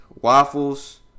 waffles